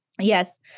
Yes